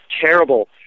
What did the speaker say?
terrible